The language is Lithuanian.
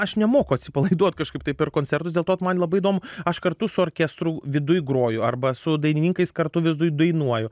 aš nemoku atsipalaiduot kažkaip tai per koncertus dėl to man labai įdomu aš kartu su orkestru viduj groju arba su dainininkais kartu viduj dainuoju